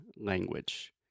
language